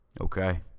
Okay